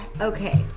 Okay